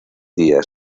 día